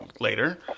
later